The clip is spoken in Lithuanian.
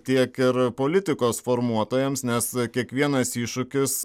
tiek ir politikos formuotojams nes kiekvienas iššūkis